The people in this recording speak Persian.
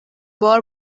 بار